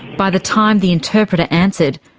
by the time the interpreter answered,